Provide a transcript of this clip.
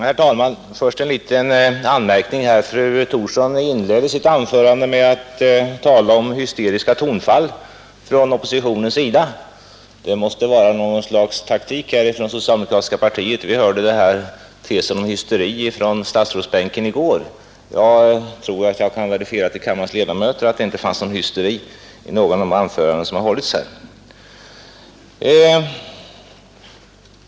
Herr talman! Först en liten anmärkning. Fru Thorsson inledde sitt anförande med att tala om hysteriska tonfall från oppositionens sida. Det måste vara något slags taktik från socialdemokratiska partiet. Vi hörde talas om hysteri från statsrådsbänken i går. Jag tror att jag kan verifiera för kammarens ledamöter att det inte fanns någon hysteri i något av de anföranden som har hållits här.